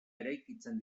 eraikitzen